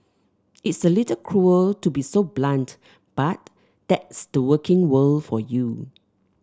it's a little cruel to be so blunt but that's the working world for you